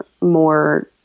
more